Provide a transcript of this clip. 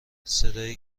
صدای